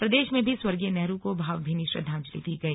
प्रदेश में भी स्वर्गीय नेहरू को भावभीनी श्रद्वांजलि दी गई